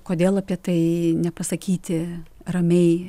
kodėl apie tai nepasakyti ramiai